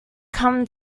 come